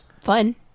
fun